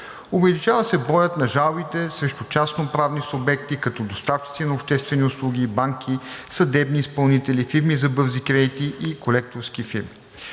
Увеличава се броят на жалбите срещу частноправни субекти, като: доставчици на обществени услуги, банки, съдебни изпълнители, фирми за бързи кредити и колекторски фирми.